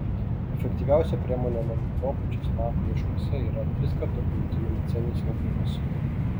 efektyviausia priemonė nuo mikrobų česnakų laiškuose yra triskart daugiau vitamino c nei svogūnuose